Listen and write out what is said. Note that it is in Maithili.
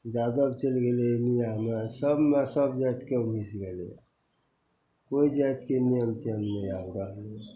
यादव चलि गेलै मिआँमे सभमे सभ जातिके घुसि गेलैए कोइ जातिके मोल तोल नहि आब रहलै